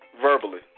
verbally